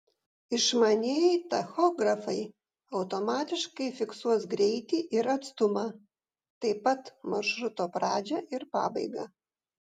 išmanieji tachografai automatiškai fiksuos greitį ir atstumą taip pat maršruto pradžią ir pabaigą